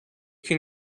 can